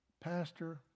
Pastor